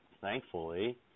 thankfully